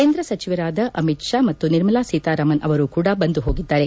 ಕೇಂದ್ರ ಸಚಿವರಾದ ಅಮಿತ್ ಶಾ ಮತ್ತು ನಿರ್ಮಲಾ ಸೀತಾರಾಮನ್ ಅವರೂ ಕೂಡ ಬಂದು ಹೋಗಿದ್ದಾರೆ